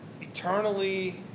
eternally